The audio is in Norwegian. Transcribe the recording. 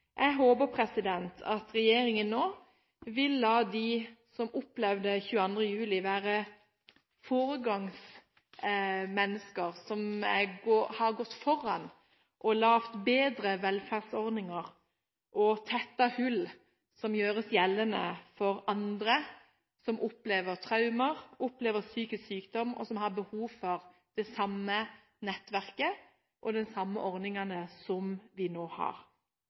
Jeg håper at regjeringen nå vil la dem som opplevde 22. juli, være foregangsmennesker som har gått foran og laget bedre velferdsordninger – og tettet hull – som gjøres gjeldende for andre som opplever traumer, som opplever psykisk sykdom, og som har behov for det samme nettverket og de samme ordningene som vi nå har.